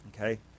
okay